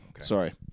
Sorry